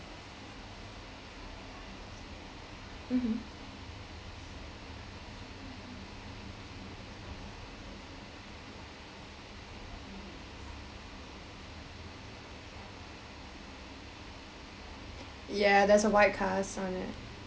mmhmm ya there's a white cast on it